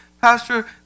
Pastor